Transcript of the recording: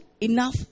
enough